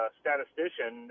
statistician